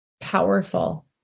powerful